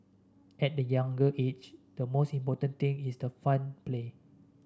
at the younger age the most important thing is the fun play